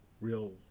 real –